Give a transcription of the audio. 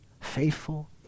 faithful